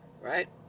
right